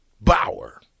Bauer